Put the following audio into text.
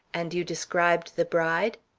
and you described the bride?